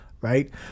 Right